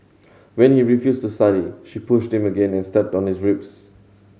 when he refused to study she pushed him again and stepped on his ribs